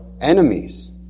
enemies